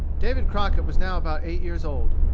david crockett was now about eight years old.